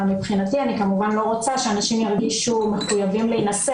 אבל מבחינתי אני כמובן לא רוצה שאנשים ירגישו מחויבים להינשא